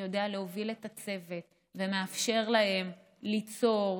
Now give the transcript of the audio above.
שיודע להוביל את הצוות ומאפשר להם ליצור,